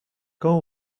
quand